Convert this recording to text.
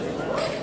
נתקבלה.